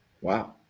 Wow